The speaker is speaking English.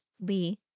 Lee